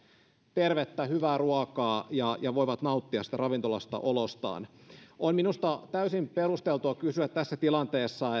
tervettä hyvää ruokaa ja ja voivat nauttia siitä ravintolassa olostaan on minusta täysin perusteltua kysyä tässä tilanteessa